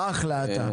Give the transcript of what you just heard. אחלה אתה.